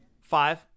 Five